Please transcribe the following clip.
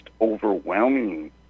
overwhelming